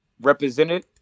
represented